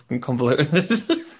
convoluted